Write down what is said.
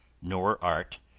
nor art,